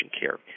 care